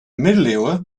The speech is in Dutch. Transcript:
middeleeuwen